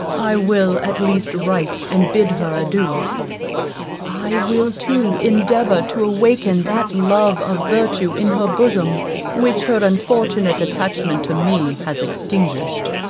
i will at least write and bid her adieu i will too endeavour to awaken that love of virtue in her bosom which her unfortunate attachment to me has extinguished.